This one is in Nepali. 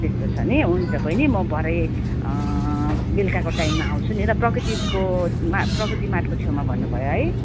त्यस्तो छ नि हुन्छ बहिनी म भरे बेलकाको टाइममा आउँछु नि ल प्रकृतिको प्रकृति मार्टको छेउमा भन्नु भयो है